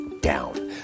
down